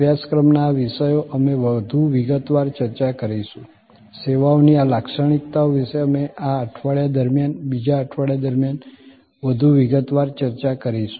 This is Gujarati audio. અભ્યાસક્રમના આ વિષયો અમે વધુ વિગતવાર ચર્ચા કરીશું સેવાઓની આ લાક્ષણિકતાઓ વિશે અમે આ અઠવાડિયા દરમિયાન બીજા અઠવાડિયા દરમિયાન વધુ વિગતવાર ચર્ચા કરીશું